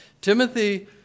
Timothy